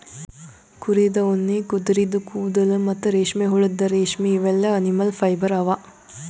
ಕುರಿದ್ ಉಣ್ಣಿ ಕುದರಿದು ಕೂದಲ ಮತ್ತ್ ರೇಷ್ಮೆಹುಳದ್ ರೇಶ್ಮಿ ಇವೆಲ್ಲಾ ಅನಿಮಲ್ ಫೈಬರ್ ಅವಾ